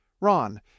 Ron